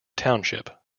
township